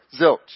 Zilch